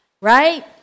right